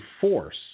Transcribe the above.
force